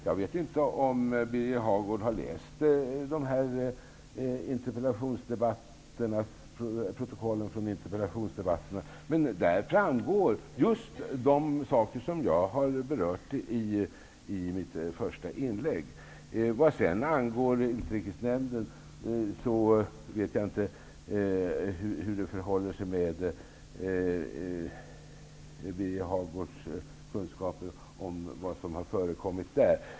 Jag vet inte om Birger Hagård har läst protokollen från interpellationsdebatterna. Där framgår just de saker som jag har berört i mitt första inlägg. Vad sedan angår utrikesnämnden vet jag inte hur det förhåller sig med Birger Hagårds kunskaper om vad som har förekommit där.